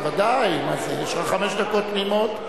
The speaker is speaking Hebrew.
--- ודאי, יש לך חמש דקות תמימות.